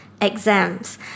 exams